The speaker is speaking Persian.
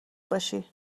باشی